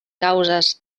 causes